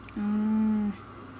oh